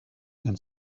and